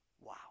Wow